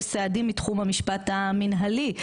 יש סעדים מתחום המשפט המינהלי,